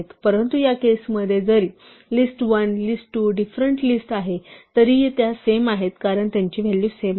परंतु या केस मध्ये जरी list 1 list 2 डिफरंट लिस्ट आहे तरीही त्या सेम आहेत कारण त्यांची व्हॅल्यू सेम आहे